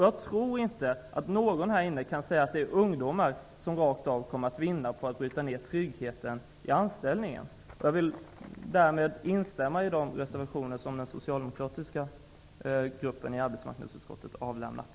Jag tror inte att någon här i kammaren kan säga att det är ungdomar som kommer att vinna på att tryggheten bryts ner i anställningen. Därmed ställer jag mig bakom de reservationer som den socialdemokratiska gruppen i arbetsmarknadsutskottet har avgett.